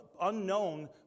unknown